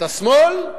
אתה שמאל,